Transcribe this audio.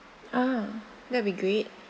ah that'll be great